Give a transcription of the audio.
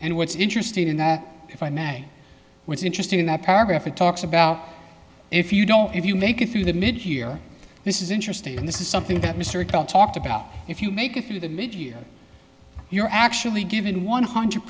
and what's interesting in that if i was interested in that paragraph it talks about if you don't if you make it through the middle here this is interesting and this is something that mr kyle talked about if you make it through the mid year you're actually giving one hundred